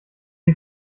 sie